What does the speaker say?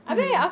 mm